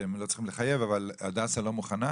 אתם לא צריכים לחייב, אבל הדסה לא מוכנה?